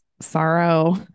sorrow